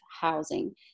housing